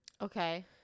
Okay